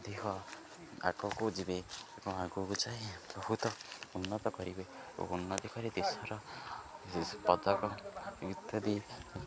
ଅଧିକ ଆଗକୁ ଯିବେ ଏବଂ ଆଗକୁ ଯାଇ ବହୁତ ଉନ୍ନତ କରିବେ ଓ ଉନ୍ନତି କରି ଦେଶର ପଦକ ଇତ୍ୟାଦି